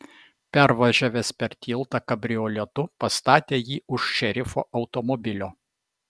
pervažiavęs per tiltą kabrioletu pastatė jį už šerifo automobilio